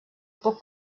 poc